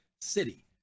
city